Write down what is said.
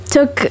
Took